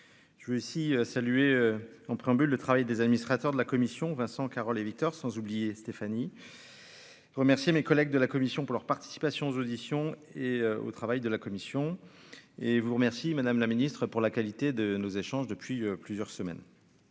Je veux aussi saluer en préambule, le travail des administrateurs de la commission Vincent Carole et Victor, sans oublier Stéphanie remercier mes collègues de la commission pour leur participation aux auditions et au travail de la commission et vous remercie, Madame la Ministre, pour la qualité de nos échanges depuis plusieurs semaines,